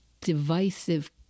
divisive